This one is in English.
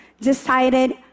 decided